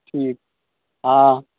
ठीक हँ